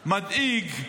מדאיג,